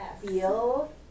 Feel